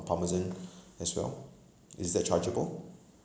parmesan as well is that chargeable